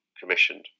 commissioned